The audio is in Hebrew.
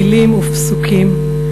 מילים ופסוקים,